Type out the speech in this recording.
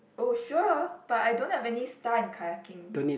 oh sure but I don't have any star in kayaking